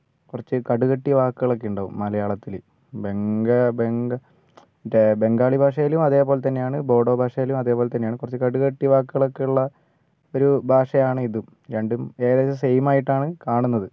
കുറച്ച് കടുകട്ടി വാക്കുകളൊക്കെ ഉണ്ടാവും മലയാളത്തിൽ മറ്റെ ബംഗാളി ഭാഷയിലും അതേപോലെതന്നെയാണ് ബോഡോ ഭാഷയിലും അതേപോലെതന്നെയാണ് കുറച്ച് കടുകട്ടി വാക്കുകളൊക്കെ ഉള്ള ഒരു ഭാഷയാണ് ഇതും രണ്ടും ഏകദേശം സെയിം ആയിട്ടാണ് കാണുന്നത്